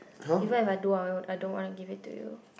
even if I do I don't want to give it to you